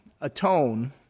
atone